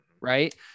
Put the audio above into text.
right